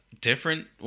different